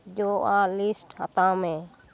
ᱡᱚᱼᱟᱜ list ᱦᱟᱛᱟᱣ ᱢᱮ